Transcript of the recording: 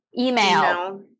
email